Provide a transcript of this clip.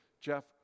Jeff